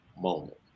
moment